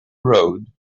road